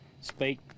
speak